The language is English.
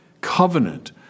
covenant